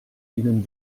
ihnen